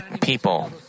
people